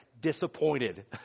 disappointed